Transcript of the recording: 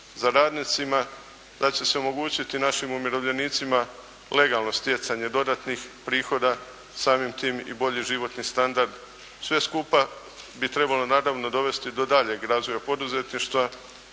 za radnicima, da će se omogućiti našit umirovljenicima legalno stjecanje dodatnih prihoda, samim tim i bolji životni standard. Sve skupa bi trebalo, naravno dovesti do daljeg razvoja poduzetništva,